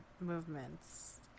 movements